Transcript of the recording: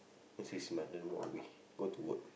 then she smile then walk away go to work